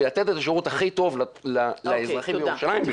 לתת את השירות הכי טוב לאזרחים בירושלים.